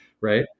right